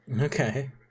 Okay